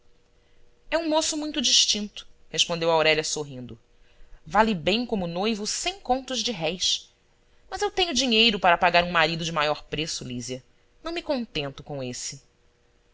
é um moço muito distinto respondeu aurélia sorrindo vale bem como noivo cem contos de réis mas eu tenho dinheiro para pagar um marido de maior preço lísia não me contento com esse